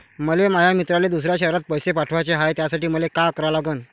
मले माया मित्राले दुसऱ्या शयरात पैसे पाठवाचे हाय, त्यासाठी मले का करा लागन?